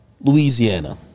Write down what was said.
Louisiana